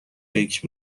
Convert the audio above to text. فکر